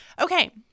Okay